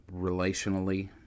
relationally